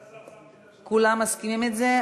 כולם מסכימים עם זה?